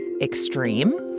extreme